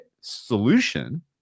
solution